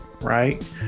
right